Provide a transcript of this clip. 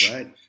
Right